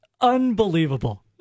Unbelievable